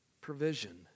provision